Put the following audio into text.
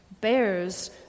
bears